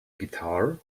guitar